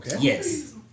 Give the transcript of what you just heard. Yes